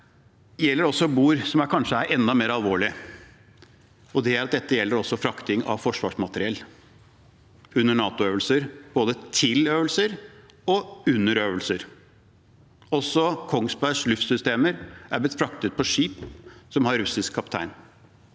Det er også noe om bord, som kanskje er enda mer alvorlig. Det er at dette gjelder også frakting av forsvarsmateriell under NATO-øvelser, både til øvelser og under øvelser. Også Kongsbergs luftvernsystemer er blitt fraktet på skip som har russisk kaptein.